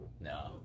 No